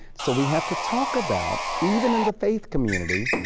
so we have to talk about, even in the faith community,